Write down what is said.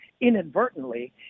inadvertently